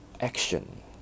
action